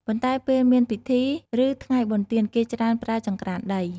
ប៉ុន្តែ ពេលមានពិធី ឬ ថ្ងៃបុណ្យទាន គេច្រើនប្រើចង្ក្រានដី។